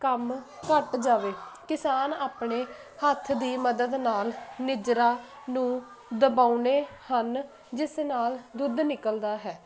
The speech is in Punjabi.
ਕੰਮ ਘੱਟ ਜਾਵੇ ਕਿਸਾਨ ਆਪਣੇ ਹੱਥ ਦੀ ਮਦਦ ਨਾਲ ਨਿਜਰਾ ਨੂੰ ਦਬਾਉਣੇ ਹਨ ਜਿਸ ਨਾਲ ਦੁੱਧ ਨਿਕਲਦਾ ਹੈ